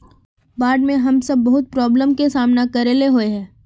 बाढ में हम सब बहुत प्रॉब्लम के सामना करे ले होय है?